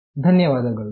ಧನ್ಯವಾದಗಳು